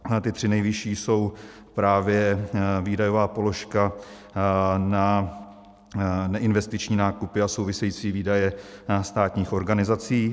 A ty tři nejvyšší jsou právě výdajová položka na neinvestiční nákupy a související výdaje státních organizací.